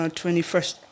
21st